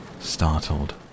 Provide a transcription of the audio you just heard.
startled